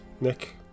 Nick